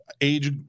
age